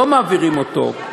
לא מעבירים אותו,